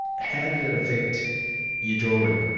how did it affect your drawing?